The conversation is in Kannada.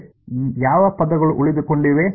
ಈ ಯಾವ ಪದಗಳು ಉಳಿದುಕೊಂಡಿವೆ